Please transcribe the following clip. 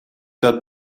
dat